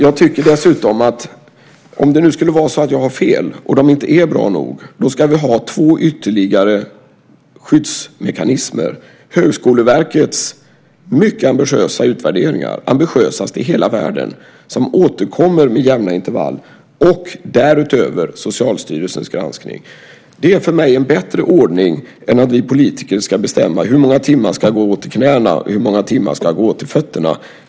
Jag tycker dessutom att om det nu skulle vara så att jag har fel och de inte är bra nog ska vi ha två ytterligare skyddsmekanismer, nämligen Högskoleverkets mycket ambitiösa utvärderingar - ambitiösast i hela världen - som återkommer med jämna intervall och därutöver Socialstyrelsens granskning. Det är för mig en bättre ordning än att vi politiker ska bestämma hur många timmar som ska gå åt till knäna och hur många som ska gå åt till fötterna.